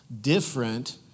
different